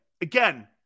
again